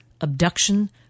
abduction